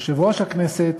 יושב-ראש הכנסת